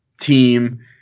team